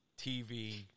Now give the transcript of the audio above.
TV